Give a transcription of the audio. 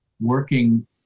working